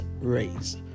raise